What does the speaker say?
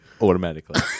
Automatically